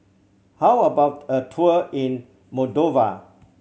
how about a tour in Moldova